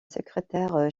secrétaire